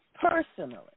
personally